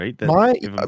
right